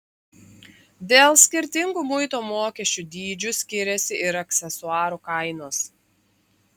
dėl skirtingų muito mokesčių dydžių skiriasi ir aksesuarų kainos